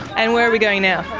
and where are we going now?